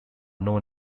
known